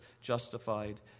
justified